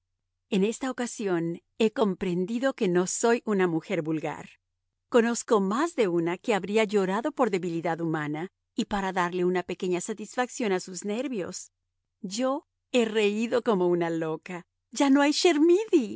en esta ocasión he comprendido que no soy una mujer vulgar conozco más de una que habría llorado por debilidad humana y para darle una pequeña satisfacción a sus nervios yo he reído como una loca ya no hay